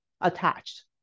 attached